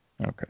Okay